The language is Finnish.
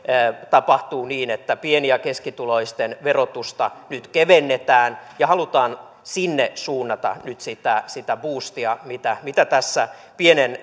tapahtuu niin että pieni ja keskituloisten verotusta nyt kevennetään ja halutaan sinne suunnata nyt sitä sitä buustia mitä mitä tässä pienen